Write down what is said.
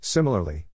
Similarly